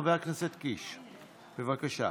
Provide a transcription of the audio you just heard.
חבר הכנסת קיש, בבקשה.